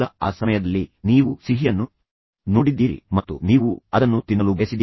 ಆ ಸಮಯದಲ್ಲಿ ನೀವು ಸಿಹಿಯನ್ನು ನೋಡಿದ್ದೀರಿ ಮತ್ತು ನೀವು ಅದನ್ನು ತಿನ್ನಲು ಬಯಸಿದ್ದೀರಿ